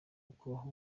ukubaho